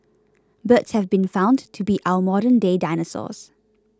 birds have been found to be our modernday dinosaurs